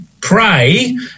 pray